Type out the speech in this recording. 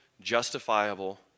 justifiable